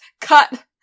Cut